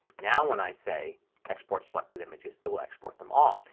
now when i say export selected images it will export them all.